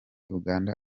uganda